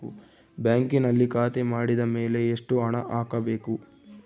ಬ್ಯಾಂಕಿನಲ್ಲಿ ಖಾತೆ ಮಾಡಿದ ಮೇಲೆ ಎಷ್ಟು ಹಣ ಹಾಕಬೇಕು?